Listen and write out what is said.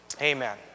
Amen